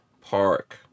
Park